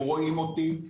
הם רואים אותי,